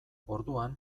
orduan